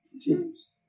teams